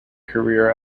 career